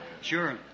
Sure